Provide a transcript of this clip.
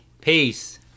Peace